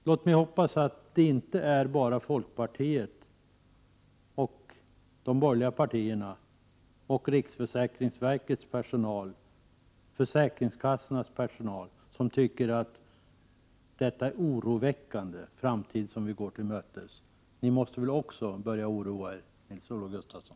Låt mig hoppas att det inte är bara folkpartiet och de övriga borgerliga partierna liksom riksförsäkringsverkets och försäkringskassornas personal som tycker att det är en oroväckande framtid som vi går till mötes. Ni måste väl också börja oroa er, Nils-Olov Gustafsson.